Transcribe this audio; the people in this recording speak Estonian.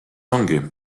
ongi